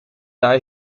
daar